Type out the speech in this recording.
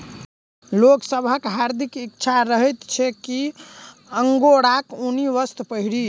लोक सभक हार्दिक इच्छा रहैत छै जे अंगोराक ऊनी वस्त्र पहिरी